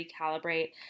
recalibrate